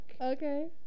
Okay